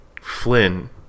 Flynn